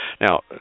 Now